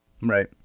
Right